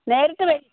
നേരിട്ട് വെ